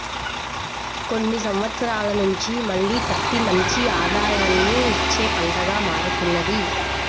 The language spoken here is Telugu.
కొన్ని సంవత్సరాల నుంచి మళ్ళీ పత్తి మంచి ఆదాయాన్ని ఇచ్చే పంటగా మారుతున్నది